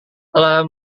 telah